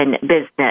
business